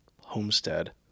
homestead